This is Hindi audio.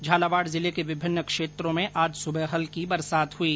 झालावाड़ जिले के विभिन्न क्षेत्रों में आज सुबह हल्की बरसात हुई